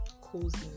cozy